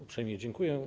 Uprzejmie dziękuję.